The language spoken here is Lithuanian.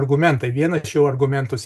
argumentai vieną iš jo argumentus